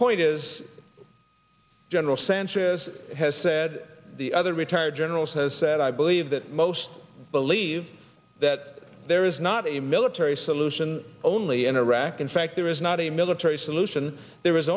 point is general sanchez has said the other retired generals has said i believe that most believe that there is not a military solution only in iraq in fact there is not a military solution there